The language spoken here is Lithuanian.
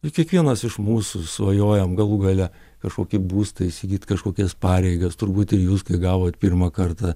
ir kiekvienas iš mūsų svajojam galų gale kažkokį būstą įsigyt kažkokias pareigas turbūt ir jūs kai gavot pirmą kartą